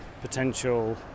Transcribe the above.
potential